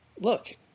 Look